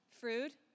Fruit